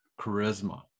charisma